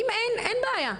אם אין בעיה,